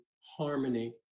harmony